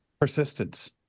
persistence